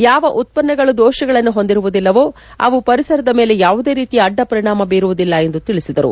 ಯಾವ ಉತ್ಪನ್ನಗಳು ದೋಷಗಳನ್ನು ಹೊಂದಿರುವುದಿಲ್ಲವೋ ಅವು ಪರಿಸರದ ಮೇಲೆ ಯಾವುದೇ ರೀತಿಯ ಅಡ್ಡಪರಿಣಾಮಗಳನ್ನು ಬೀರುವುದಿಲ್ಲ ಎಂದು ತಿಳಿಸಿದರು